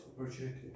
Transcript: opportunity